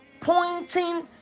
pointing